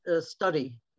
study